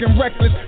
reckless